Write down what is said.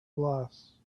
glass